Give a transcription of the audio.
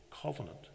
Covenant